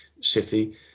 City